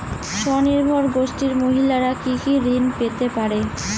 স্বনির্ভর গোষ্ঠীর মহিলারা কি কি ঋণ পেতে পারে?